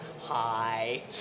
hi